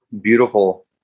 beautiful